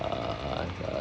err